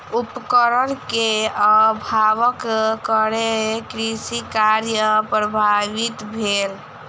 उपकरण के अभावक कारणेँ कृषि कार्य प्रभावित भेल